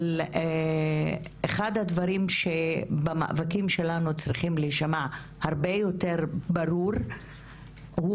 אבל אחד הדברים שבמאבקים שלנו צריכים להישמע באופן הרבה יותר ברור הוא